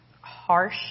harsh